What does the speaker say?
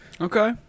Okay